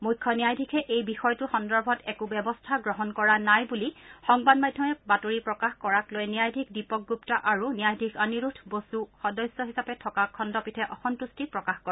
মুখ্য ন্যায়াধীশে এই বিষয়টোৰ সন্দৰ্ভত একো ব্যৱস্থা গ্ৰহণ কৰা নাই বুলি সংবাদ মাধ্যমে বাতৰি প্ৰকাশ কৰাক লৈ ন্যায়াধীশ দীপক গুগ্তা আৰু ন্যায়াধীশ অনিৰুদ্ধ বসূ সদস্য হিচাপে থকা খণ্ডপীঠে অসন্তুষ্টি প্ৰকাশ কৰে